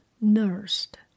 nursed